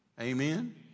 Amen